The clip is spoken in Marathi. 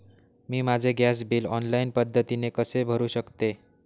मी माझे गॅस बिल ऑनलाईन पद्धतीने कसे भरु शकते?